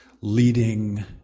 leading